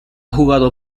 jugado